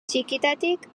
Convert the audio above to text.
txikitatik